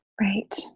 Right